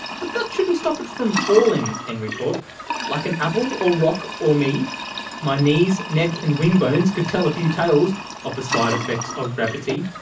but that shouldn't stop it from falling, henry thought like an apple, or rock, or me my knees, neck and wing bones could tell a few tales of the side-effects of gravity.